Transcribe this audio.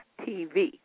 TV